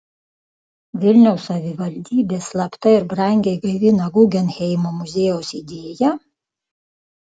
vilniaus savivaldybė slapta ir brangiai gaivina guggenheimo muziejaus idėją